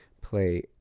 play